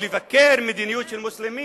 אבל לבוא ולבקר מדיניות של מוסלמים,